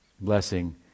blessing